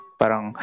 parang